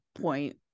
point